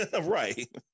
Right